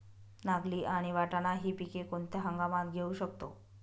नागली आणि वाटाणा हि पिके कोणत्या हंगामात घेऊ शकतो?